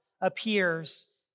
appears